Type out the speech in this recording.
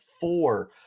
four